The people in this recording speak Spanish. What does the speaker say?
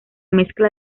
mezcla